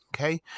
okay